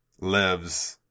lives